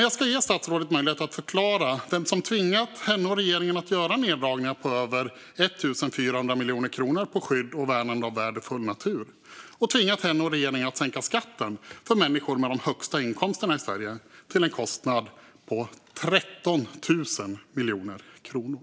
Jag vill ge statsrådet möjlighet att förklara vem som tvingat henne och regeringen att göra neddragningar på över 1 400 miljoner kronor på skydd och värnande av värdefull natur och tvingat henne och regeringen att sänka skatten för människorna med de högsta inkomsterna i Sverige till en kostnad på 13 000 miljoner kronor.